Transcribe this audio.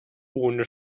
ohne